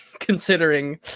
considering